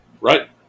Right